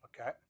Okay